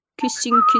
Kissing